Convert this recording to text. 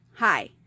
Hi